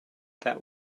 that